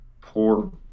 poor